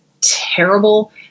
terrible